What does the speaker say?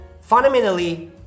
fundamentally